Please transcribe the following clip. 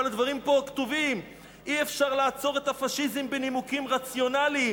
אבל הדברים פה כתובים: "אי-אפשר לעצור את הפאשיזם בנימוקים רציונליים,